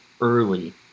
early